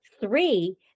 three